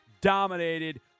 dominated